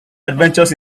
adventures